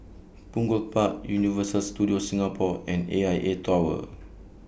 Punggol Park Universal Studios Singapore and A I A Tower